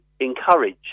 encourage